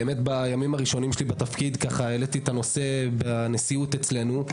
בימים הראשונים שלי בתפקיד העליתי את הנושא בנשיאות אצלנו,